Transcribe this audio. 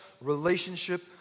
relationship